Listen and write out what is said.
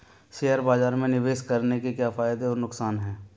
Share बाज़ार में निवेश करने के क्या फायदे और नुकसान हैं?